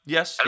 Yes